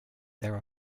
there